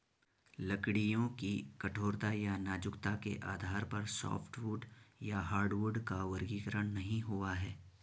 लकड़ियों की कठोरता या नाजुकता के आधार पर सॉफ्टवुड या हार्डवुड का वर्गीकरण नहीं हुआ है